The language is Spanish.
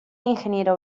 ingeniero